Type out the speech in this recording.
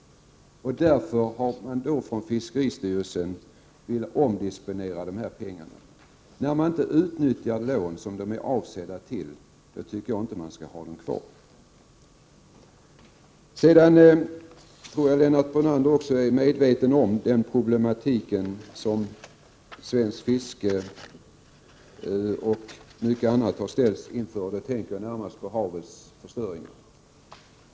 Därför vill fiskeristyrelsen omdisponera pengarna. När lån inte utnyttjas till det som de är avsedda för, anser jag att man inte skall ha dem kvar. Lennart Brunander är säkert också medveten om den problematik som svenskt fiske och mycket annat har ställts inför — jag tänker närmast på havsförstöringen.